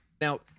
Now